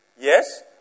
Yes